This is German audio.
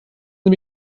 sie